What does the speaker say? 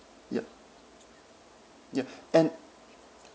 yup ya and